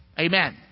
Amen